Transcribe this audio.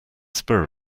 spur